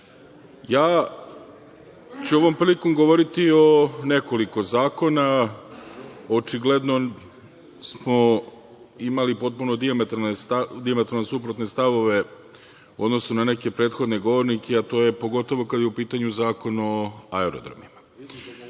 dalje. Ovom prilikom ću govoriti o nekoliko zakona. Očigledno smo imali potpuno dijametralno suprotne stavove u odnosu na neke prethodne govornike, pogotovo kada je u pitanju Zakon o aerodromima.